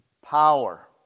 Power